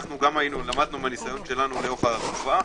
למדנו מהניסיון שלנו לאורך התקופה.